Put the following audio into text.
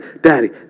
Daddy